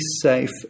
safe